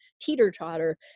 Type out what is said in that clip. teeter-totter